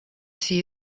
see